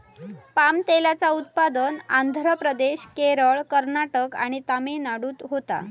palm तेलाचा उत्पादन आंध्र प्रदेश, केरळ, कर्नाटक आणि तमिळनाडूत होता